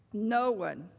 no one.